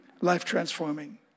life-transforming